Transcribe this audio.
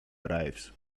arrives